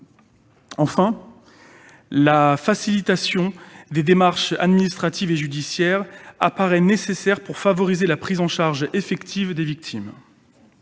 Enfin, la facilitation des démarches administratives et judiciaires apparaît nécessaire pour favoriser la prise en charge effective des victimes.